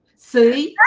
see